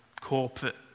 corporate